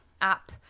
app